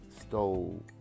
stole